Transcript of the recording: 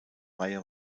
reihe